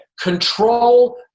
control